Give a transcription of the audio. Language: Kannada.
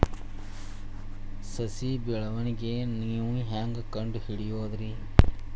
ಸಸಿ ಬೆಳವಣಿಗೆ ನೇವು ಹ್ಯಾಂಗ ಕಂಡುಹಿಡಿಯೋದರಿ?